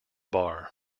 bar